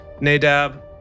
Nadab